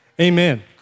Amen